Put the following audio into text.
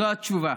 זו התשובה.